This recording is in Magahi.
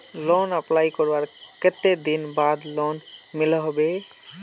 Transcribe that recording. लोन अप्लाई करवार कते दिन बाद लोन मिलोहो होबे?